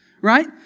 right